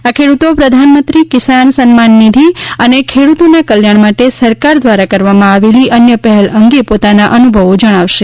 આ ખેડૂતો પ્રધાનમંત્રી કિસાન સન્માન નિધિ અને ખેડૂતોના કલ્યાણ માટે સરકાર દ્વારા કરવામાં આવેલી અન્ય પહેલ અંગે પોતાના અનુભવો જણાવશે